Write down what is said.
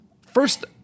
first